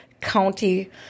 county